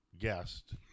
guest